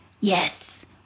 Yes